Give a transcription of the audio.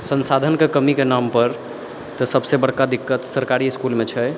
संसाधनके कमीके नाम पर तऽ सबसे बड़का दिक्कत सरकारी इसकुलमे छै